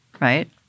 right